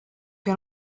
che